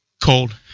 Cold